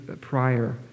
prior